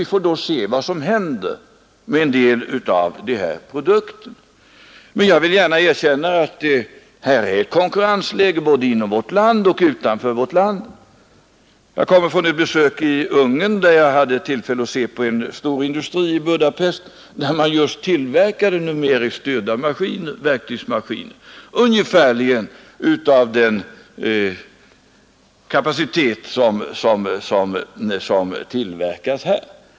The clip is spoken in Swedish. Nu får vi se vad som händer med en del av dessa produkter. Men jag skall gärna erkänna att vi där möter konkurrens från företag både inom landet och utanför vårt land. Jag har nyligen varit i Ungern, där jag hade tillfälle att studera en stor industri i Budapest vid vilken man just tillverkar numeriskt styrda verktygsmaskiner av ungefärligen samma kapacitet som tillverkas här.